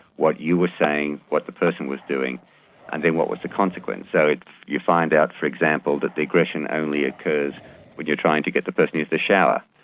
what you were saying, what the person was doing and then what was the consequence. so you find out for example that the aggression only occurs when you're trying to get the person to use the shower.